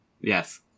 Yes